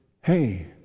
hey